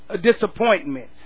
disappointments